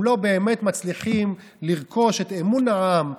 הם לא באמת מצליחים לרכוש את אמון העם,